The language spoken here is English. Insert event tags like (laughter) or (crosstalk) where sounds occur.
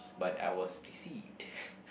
but I was deceived (breath)